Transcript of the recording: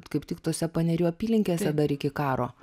kaip tik tose panerių apylinkėse dar iki karo